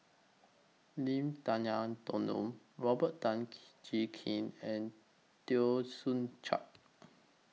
Lim Denan Denon Robert Tan Kee Jee Keng and Teo Soon Chuan